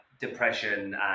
depression